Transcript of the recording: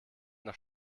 nach